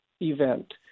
event